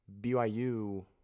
BYU